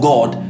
God